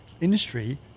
industry